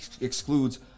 excludes